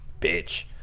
Bitch